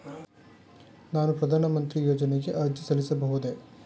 ನಾನು ಪ್ರಧಾನ ಮಂತ್ರಿ ಯೋಜನೆಗೆ ಅರ್ಜಿ ಸಲ್ಲಿಸಬಹುದೇ?